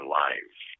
lives